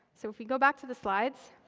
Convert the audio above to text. so if we go back to the slides